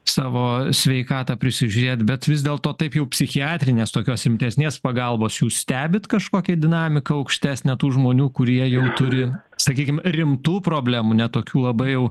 savo sveikatą prisižiūrėt bet vis dėlto taip jau psichiatrinės tokios rimtesnės pagalbos jūs stebit kažkokią dinamiką aukštesnę tų žmonių kurie jau turi sakykim rimtų problemų ne tokių labai jau